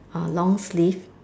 a long sleeve